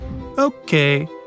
Okay